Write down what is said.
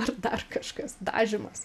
ar dar kažkas dažymas